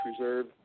reserve